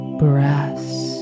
breaths